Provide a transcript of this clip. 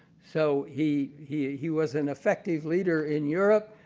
so, he he he was an effective leader in europe,